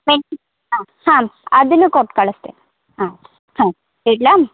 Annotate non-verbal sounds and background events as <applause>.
<unintelligible> ಹಾಂ ಹಾಂ ಅದನ್ನು ಕೊಟ್ಕಳಿಸ್ತೆ ಹಾಂ ಹಾಂ ಇಡಲಾ